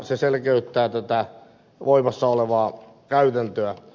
se selkeyttää tätä voimassa olevaa käytäntöä